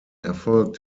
erfolg